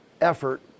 effort